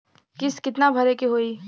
किस्त कितना भरे के होइ?